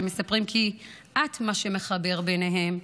שמספרים כי את מה שמחבר ביניהם,